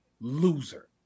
Loser